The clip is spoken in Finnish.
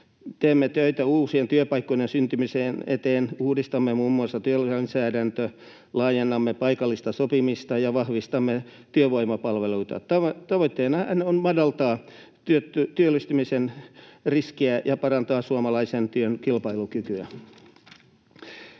Teemme töitä uusien työpaikkojen syntymisen eteen: uudistamme muun muassa työlainsäädäntöä, laajennamme paikallista sopimista ja vahvistamme työvoimapalveluita. Tavoitteena on madaltaa työllistämisen riskiä ja parantaa suomalaisen työn kilpailukykyä.